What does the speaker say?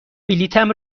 بلیطم